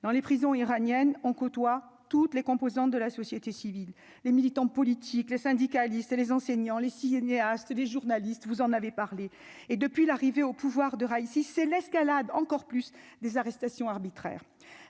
dans les prisons iraniennes on côtoie toutes les composantes de la société civile, les militants politiques, les syndicalistes et les enseignants, les cinéastes, des journalistes, vous en avez parlé et depuis l'arrivée au pouvoir de Raïssi c'est l'escalade, encore plus, des arrestations arbitraires,